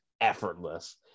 effortless